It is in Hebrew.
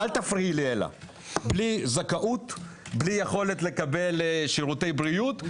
בלי יכולת לקבל שירותי בריאות.